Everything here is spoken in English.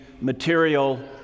material